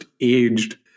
aged